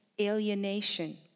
alienation